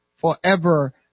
forever